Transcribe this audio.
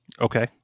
Okay